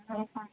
हो का